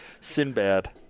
Sinbad